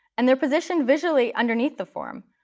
and they're positioned visually underneath the form.